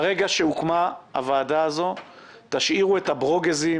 מהרגע שהוקמה הוועדה הזאת תשאירו את הברוגזים,